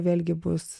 vėlgi bus